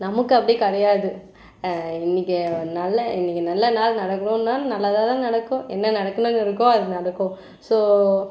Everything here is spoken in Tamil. நமக்கு அப்படி கிடையாது இன்னைக்கு நல்ல இன்னைக்கு நல்ல நாள் நடக்கணுன்னால் நல்லதாகதான் நடக்கும் என்ன நடக்கணும்னு இருக்கோ அது நடக்கும் ஸோ